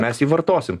mes jį vartosim